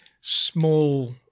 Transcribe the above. small